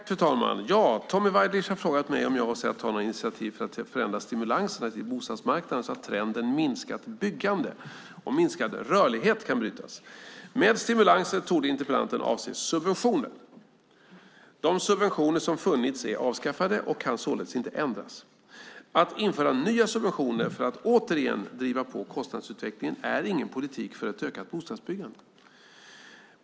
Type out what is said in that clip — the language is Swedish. Fru talman! Tommy Waidelich har frågat mig om jag avser att ta några initiativ till att förändra stimulansen till bostadsmarknaden så att trenden minskat byggande och minskad rörlighet kan brytas. Med stimulanser torde interpellanten avse subventioner. De subventioner som funnits är avskaffade och kan således inte ändras. Att införa nya subventioner för att återigen driva på kostnadsutvecklingen är ingen politik för ett ökat bostadsbyggande.